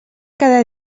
cada